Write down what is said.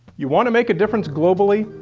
you want to make a difference globally?